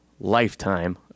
lifetime